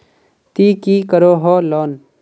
ती की करोहो लोन?